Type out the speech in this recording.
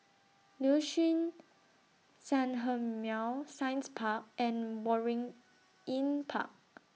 Liuxun Sanhemiao Science Park and Waringin Park